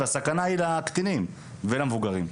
והסכנה היא לקטינים ולמבוגרים.